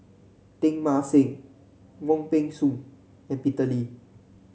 Teng Mah Seng Wong Peng Soon and Peter Lee